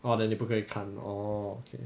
oh then 你不可以看 orh okay